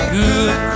good